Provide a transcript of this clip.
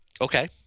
Okay